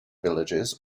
villages